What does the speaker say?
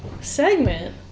Segment